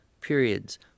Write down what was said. periods